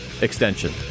extension